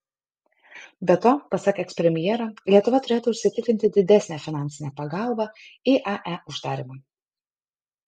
be to pasak ekspremjero lietuva turėtų užsitikrinti didesnę finansinę pagalbą iae uždarymui